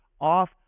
off